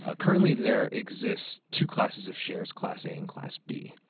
ah currently there exists two classes of shares, class a and class b.